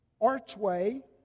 Archway